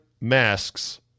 masks